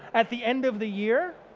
at the end of the year